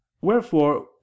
Wherefore